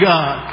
God